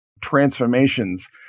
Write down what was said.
transformations